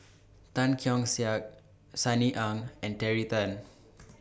Tan Keong Saik Sunny Ang and Terry Tan